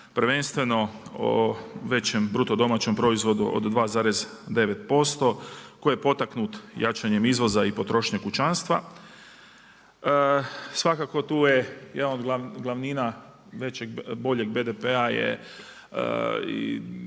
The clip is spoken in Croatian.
prvenstveno o većem BDP-u od 2,9% koje je potaknut jačanjem izvoza i potrošnjom kućanstva. Svakako tu je jedan od glavnina većeg, boljeg BDP-a je